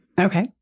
Okay